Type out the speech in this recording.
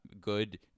good